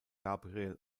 gabriel